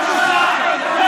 תלך.